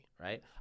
right